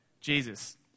Jesus